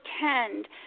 pretend